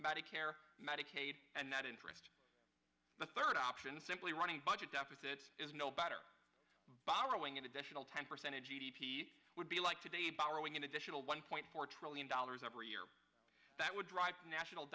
medicare medicaid and net interest the third option simply running budget deficits is no better borrowing an additional ten percentage e d p would be like today borrowing an additional one point four trillion dollars every year that would drive national